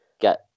Get